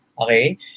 Okay